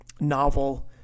novel